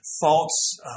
false